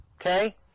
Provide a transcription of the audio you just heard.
Okay